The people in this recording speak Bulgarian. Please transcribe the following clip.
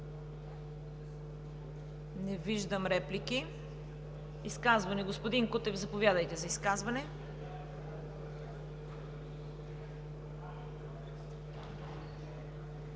Не виждам. Изказвания? Господин Кутев, заповядайте за изказване.